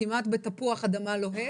כמעט בתפוח אדמה לוהט,